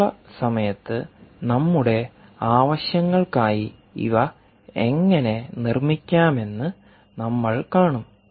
തുടർന്നുള്ള സമയത്ത് നമ്മുടെ ആവശ്യങ്ങൾക്കായി ഇവ എങ്ങനെ നിർമ്മിക്കാമെന്ന് നമ്മൾ കാണും